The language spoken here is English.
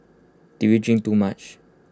did we drink too much